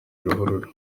ruhurura